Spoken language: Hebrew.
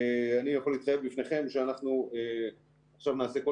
אני יכול לציין בפניכם שאנחנו נעשה עכשיו כל